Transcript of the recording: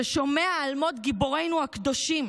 ששומע על מות גיבורינו הקדושים,